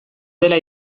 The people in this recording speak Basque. dela